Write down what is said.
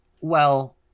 Well